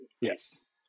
Yes